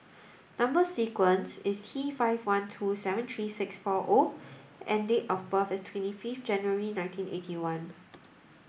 number sequence is T five one two seven three six four O and date of birth is twenty fifth January nineteen eighty one